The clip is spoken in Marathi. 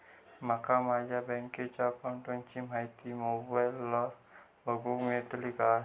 माका माझ्या बँकेच्या अकाऊंटची माहिती मोबाईलार बगुक मेळतली काय?